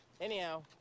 Anyhow